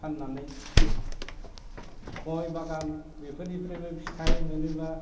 फाननानै गय बागान बेफोरनिफ्रायबो फिथाइ मोनोबा